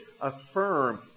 affirm